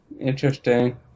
Interesting